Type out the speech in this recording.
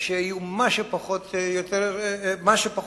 שיהיו כמה שפחות תלונות